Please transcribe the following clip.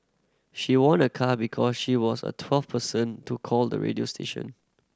she won a car because she was a twelve person to call the radio station